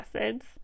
acids